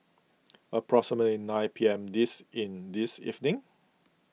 approximately nine P M this in this evening